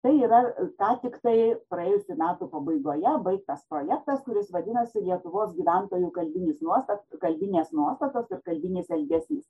tai yra ką tiktai praėjusių metų pabaigoje baigtas projektas kuris vadinosi lietuvos gyventojų kalbinis nuosta kalbinės nuostatos ir kalbinis elgesys